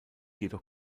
jedoch